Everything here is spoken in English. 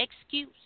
excuse